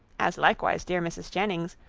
as likewise dear mrs. jennings,